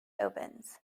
opens